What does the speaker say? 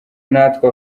natwe